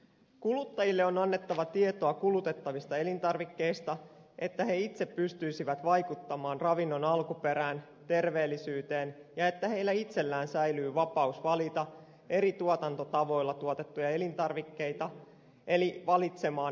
kuluttajille on annettava tietoa kulutettavista elintarvikkeista jotta he itse pystyisivät vaikuttamaan ravinnon alkuperään terveellisyyteen ja jotta heillä itsellään säilyy vapaus valita eri tuotantotavoilla tuotettuja elintarvikkeita eli valitsemaan mitä syövät